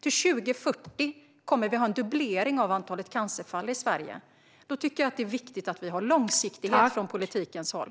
Till 2040 kommer det att ske en dubblering av antalet cancerfall i Sverige. Då tycker jag att det är viktigt att vi har långsiktighet från politikens håll.